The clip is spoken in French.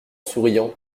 souriant